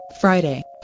Friday